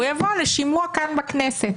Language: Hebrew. הוא יבוא לשימוע כאן בכנסת.